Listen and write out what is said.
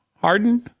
Harden